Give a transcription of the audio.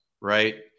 right